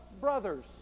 brothers